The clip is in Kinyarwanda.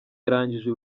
yarangije